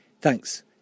Thanks